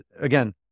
again